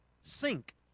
sink